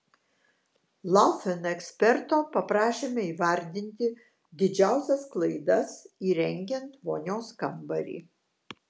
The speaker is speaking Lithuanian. laufen eksperto paprašėme įvardinti didžiausias klaidas įrengiant vonios kambarį